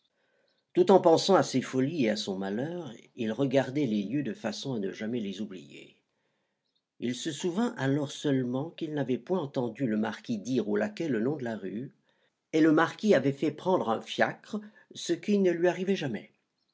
tout en pensant à ses folies et à son malheur il regardait les lieux de façon à ne jamais les oublier il se souvint alors seulement qu'il n'avait point entendu le marquis dire au laquais le nom de la rue et le marquis avait fait prendre un fiacre ce qui ne lui arrivait jamais